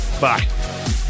Bye